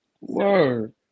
word